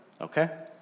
okay